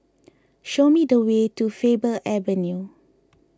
show me the way to Faber Avenue